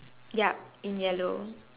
ya in yellow